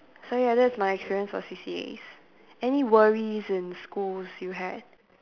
so ya that's my experience for C_C_As any worries in school you had